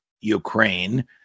Ukraine